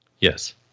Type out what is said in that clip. Yes